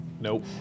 Nope